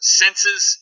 senses